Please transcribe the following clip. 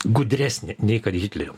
gudresnė nei kad hitlerio